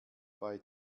bei